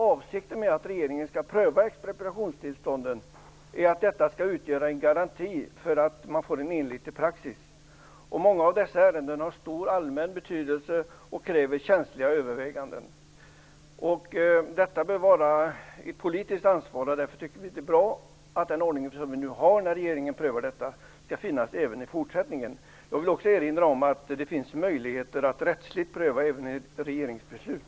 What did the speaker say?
Avsikten med att regeringen skall pröva expropriationstillstånden är att detta skall utgöra en garanti för att man får en enhetlig praxis. Många av dessa ärenden har stor allmän betydelse och kräver därför känsliga överväganden. Detta bör vara ett politiskt ansvar, och därför tycker vi att det är bra att den ordning som vi nu har - att regeringen prövar expropriationsärendena - skall finnas kvar även i fortsättningen. Jag vill också erinra om att det finns möjligheter att rättsligt pröva även ett regeringsbeslut.